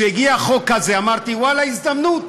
כשהגיע החוק הזה, אמרתי: ואללה, הזדמנות,